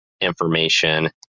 information